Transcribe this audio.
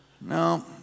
No